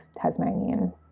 Tasmanian